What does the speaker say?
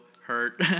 hurt